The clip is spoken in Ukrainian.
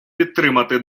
підтримати